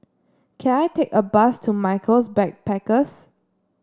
can I take a bus to Michaels Backpackers